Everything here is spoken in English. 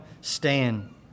stand